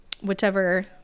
whichever